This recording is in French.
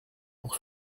pour